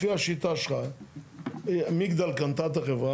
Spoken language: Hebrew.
לפי השיטה שלך מגדל קנתה את החברה,